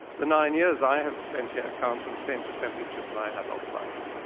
the nine years i have spent here count for the same percentage of my adult life.